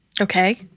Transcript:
Okay